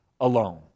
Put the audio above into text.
alone